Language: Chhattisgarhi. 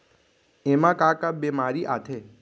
एमा का का बेमारी आथे?